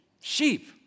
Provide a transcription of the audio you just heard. Sheep